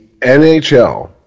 NHL